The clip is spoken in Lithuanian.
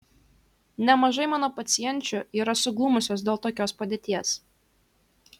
nemažai mano pacienčių yra suglumusios dėl tokios padėties